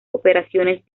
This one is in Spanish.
operaciones